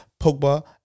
Pogba